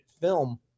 film